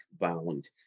bound